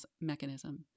mechanism